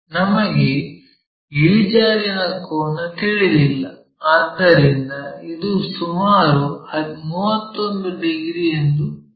ನಮಗೆ ಇಳಿಜಾರಿನ ಕೋನ ತಿಳಿದಿಲ್ಲ ಆದ್ದರಿಂದ ಇದು ಸುಮಾರು 31 ಡಿಗ್ರಿ ಎಂದು ಅಳೆಯೋಣ